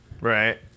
right